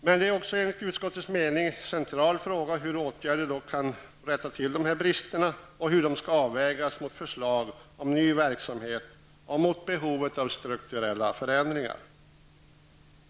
Men det är också enligt utskottets mening en central fråga hur åtgärder kan rätta till dessa brister och hur de skall avvägas mot förslag om ny verksamhet och mot behovet av strukturella förändringar.